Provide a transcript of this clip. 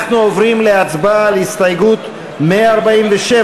אנחנו עוברים להצבעה על הסתייגות מס' 147,